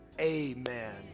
amen